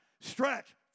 Stretch